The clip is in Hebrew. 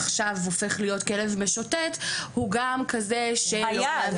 עכשיו הופך להיות כלב משוטט הוא גם כזה --- הוא היה,